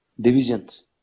divisions